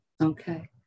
Okay